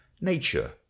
nature